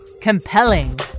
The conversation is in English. Compelling